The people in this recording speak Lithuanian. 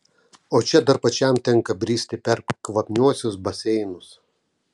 o čia dar pačiam tenka bristi per kvapniuosius baseinus